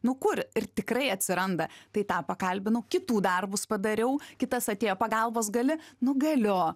nu kur ir tikrai atsiranda tai tą pakalbinau kitų darbus padariau kitas atėjo pagalbos gali nu galiu